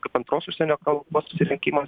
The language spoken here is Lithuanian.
kaip antros užsienio kalbos pasirinkimas